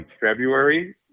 February